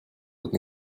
would